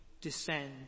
descend